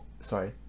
sorry